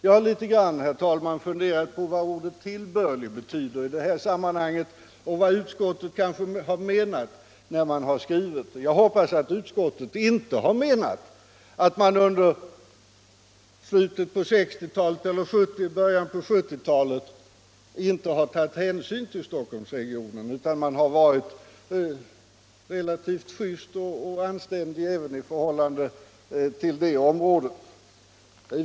Jag har litet grand, herr talman, funderat på vad ordet tillbörlig betyder i detta sammanhang och vad utskottet menat när utskottet skrivit på detta sätt. Jag hoppas att utskottet inte har menat att man under slutet av 1960-talet eller början av 1970-talet inte har tagit hänsyn till Stockholmsregionen utan att man har varit relativt just och anständig även i förhållande till det området.